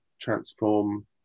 transform